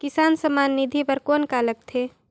किसान सम्मान निधि बर कौन का लगथे?